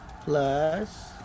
plus